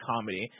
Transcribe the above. comedy